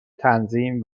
تنظیم